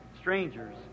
strangers